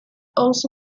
also